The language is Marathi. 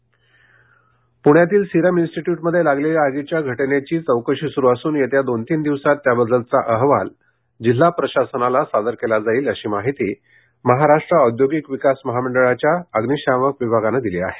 सीरम अहवाल पुण्यातील सिरम इन्स्टिट्यूटमध्ये लागलेल्या आगीच्या घटनेची चौकशी सुरु असून येत्या दोन तीन दिवसात त्याबद्दलचा अहवाल जिल्हा प्रशासनाला सादर केला जाईल अशी माहिती महाराष्ट्र औद्योगिक विकास महामंडळाच्या अग्निशामक विभागानं दिली आहे